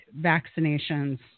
vaccinations